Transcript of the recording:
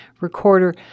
recorder